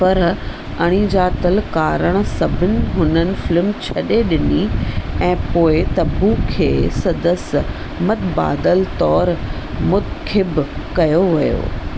पर अणिॼातलु कारण सभिनि हुननि फ़िल्म छडे॒ डि॒नी ऐं पोएं तब्बू खे संदसि मतबादलु तौरु मुख़िबु कयो वियो